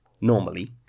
normally